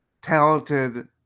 talented